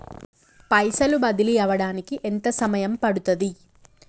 పైసలు బదిలీ అవడానికి ఎంత సమయం పడుతది?